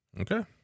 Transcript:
Okay